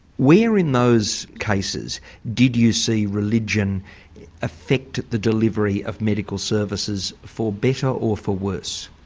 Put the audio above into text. where in those cases did you see religion affect the delivery of medical services for better or for worse?